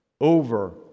over